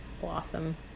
blossom